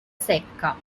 secca